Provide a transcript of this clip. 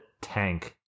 tank